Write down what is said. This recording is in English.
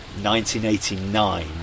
1989